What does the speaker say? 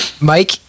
Mike